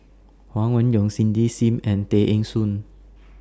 Huang Wenhong Cindy SIM and Tay Eng Soon